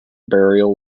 burial